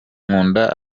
nkunda